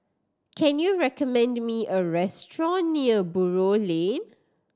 can you recommend me a restaurant near Buroh Lane